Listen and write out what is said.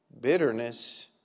Bitterness